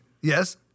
Yes